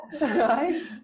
right